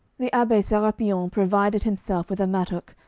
the abbe serapion provided himself with a mattock,